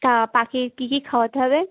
তা পাখির কী কী খাওয়াতে হবে